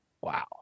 Wow